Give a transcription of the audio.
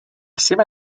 seva